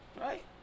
right